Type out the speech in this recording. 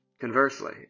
Conversely